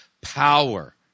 power